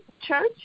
Church